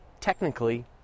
technically